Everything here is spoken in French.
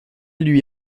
lui